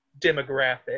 demographic